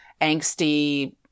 angsty